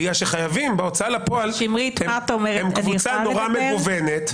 בגלל שחייבים בהוצאה לפועל הם קבוצה נורא מגוונת.